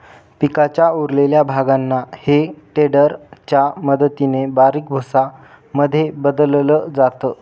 पिकाच्या उरलेल्या भागांना हे टेडर च्या मदतीने बारीक भुसा मध्ये बदलल जात